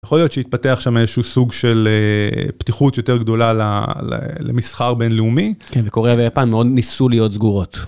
יכול להיות שהתפתח שם איזשהו סוג של פתיחות יותר גדולה למסחר בינלאומי. כן, וקוריאה ויפן מאוד ניסו להיות סגורות.